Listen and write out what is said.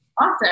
Awesome